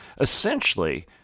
essentially